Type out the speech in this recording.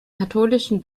katholischen